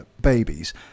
babies